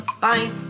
bye